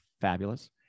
fabulous